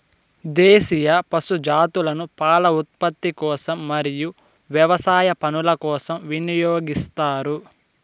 దేశీయ పశు జాతులను పాల ఉత్పత్తి కోసం మరియు వ్యవసాయ పనుల కోసం వినియోగిస్తారు